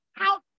out